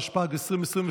התשפ"ג 2023,